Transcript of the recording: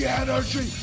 energy